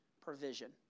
provision